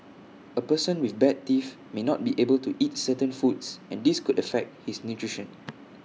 A person with bad teeth may not be able to eat certain foods and this could affect his nutrition